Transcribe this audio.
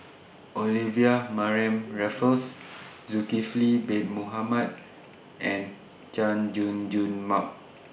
Olivia Mariamne Raffles Zulkifli Bin Mohamed and Chay Jung Jun Mark